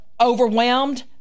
overwhelmed